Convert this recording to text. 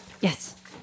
Yes